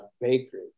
bakery